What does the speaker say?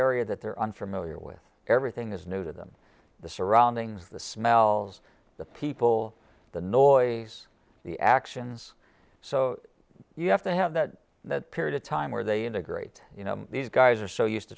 area that they're unfamiliar with everything is new to them the surroundings the smells the people the noise the actions so you have to have that period of time where they integrate you know these guys are so used to